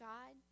God